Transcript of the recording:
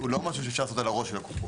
הוא לא משהו שאפשר לעשות על הראש של הקופות.